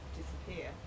disappear